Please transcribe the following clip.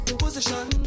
position